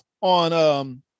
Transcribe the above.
on